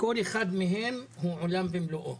כל אחד מהם הוא עולם ומלואו.